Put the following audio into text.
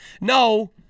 No